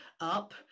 up